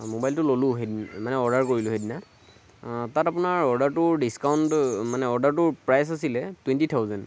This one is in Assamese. ম'বাইলটো ল'লোঁ সেইদিনা মানে অৰ্ডাৰ কৰিলোঁ সেইদিনা তাত আপোনাৰ অৰ্ডাৰটো ডিচকাউণ্ট মানে অৰ্ডাৰটোৰ প্ৰাইচ আছিলে টুৱেণ্টি থাউজেণ্ড